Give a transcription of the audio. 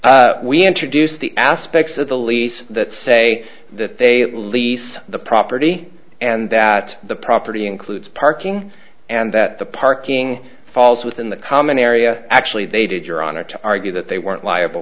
lease we introduce the aspects of the lease that say that they lease the property and that the property includes parking and that the parking falls within the common area actually they did your honor to argue that they weren't liable